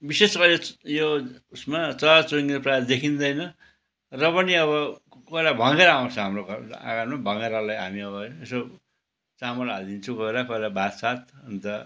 विशेष गरी यो उसमा चरा चुरूङ्गी प्रायः देखिँदैन र पनि अब कोहीबेला भँगेरा आउँछ हाम्रो घर आँगनमा भँगेरालाई हामी अब यसो चामल हाल्दिन्छु कोहीबेला कोहीबेला भातसात अन्त